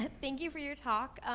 ah thank you for your talk.